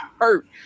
hurt